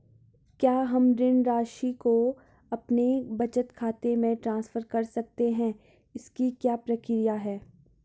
क्या हम ऋण राशि को अपने बचत खाते में ट्रांसफर कर सकते हैं इसकी क्या प्रक्रिया है?